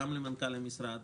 גם למנכ"ל המשרד,